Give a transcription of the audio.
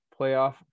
playoff